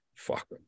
Fuck